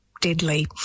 deadly